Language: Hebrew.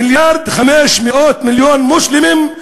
מיליארד ו-500 מיליון מוסלמים,